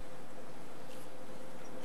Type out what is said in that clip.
ההצעה